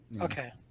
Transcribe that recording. Okay